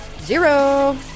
Zero